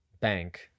bank